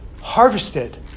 harvested